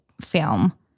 film